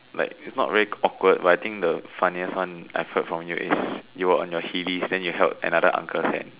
like it's not very awkward but I think the funniest one I've heard from you was you were on your wheelies then you held another uncle's hand